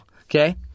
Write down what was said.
Okay